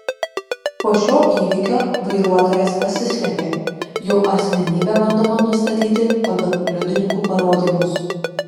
po šio įvykio vairuotojas pasislėpė jo asmenybę bandoma nustatyti pagal liudininkų parodymus